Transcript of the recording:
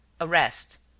arrest